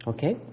Okay